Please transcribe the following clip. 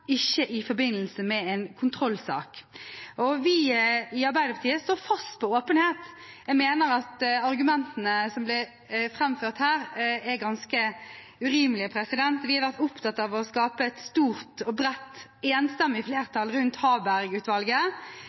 ikke i forbindelse med en kontrollsak. Vi i Arbeiderpartiet står fast på åpenhet. Jeg mener at argumentene som ble framført her, er ganske urimelige. Vi har vært opptatt av å skape et stort, bredt og enstemmig flertall rundt